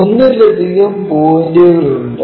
ഒന്നിലധികം പോയിന്റുകൾ ഉണ്ട്